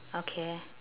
okay